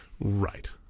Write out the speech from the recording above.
Right